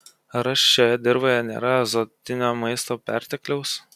ar šioje dirvoje nėra azotinio maisto pertekliaus